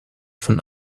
von